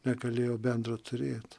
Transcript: negalėjo bendro turėt